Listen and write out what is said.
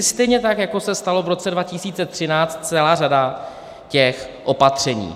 Stejně tak jako se stala v roce 2013 celá řada těch opatření.